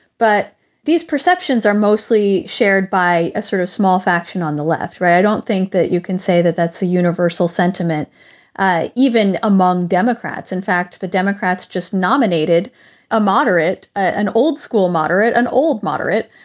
but these perceptions are mostly shared by a sort of small faction on the left right. i don't think that you can say that that's a universal sentiment even among democrats. in fact, the democrats just nominated a moderate, an old school moderate, an old moderate.